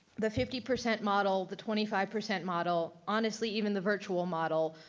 the fifty percent model, the twenty five percent model. honestly, even the virtual model,